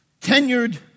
tenured